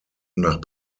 nach